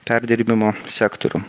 perdirbimo sektorių